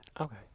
Okay